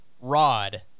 rod